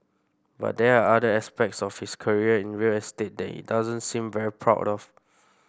but there are other aspects of his career in real estate that it doesn't seem very proud of